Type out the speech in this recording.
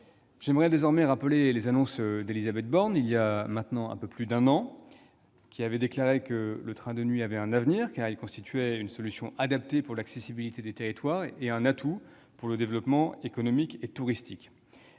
J'aimerais désormais rappeler les annonces d'Élisabeth Borne, il y a maintenant un peu plus d'un an. Elle a déclaré que le train de nuit avait un avenir, car il constituait une solution adaptée pour l'accessibilité des territoires et un atout pour le développement économique et touristique.